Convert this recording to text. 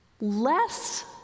Less